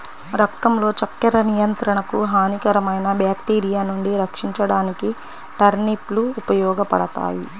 రక్తంలో చక్కెర నియంత్రణకు, హానికరమైన బ్యాక్టీరియా నుండి రక్షించడానికి టర్నిప్ లు ఉపయోగపడతాయి